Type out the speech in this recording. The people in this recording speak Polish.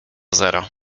zero